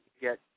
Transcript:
get